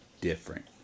different